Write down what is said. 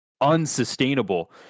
unsustainable